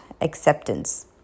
acceptance